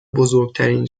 بزرگترین